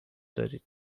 دارید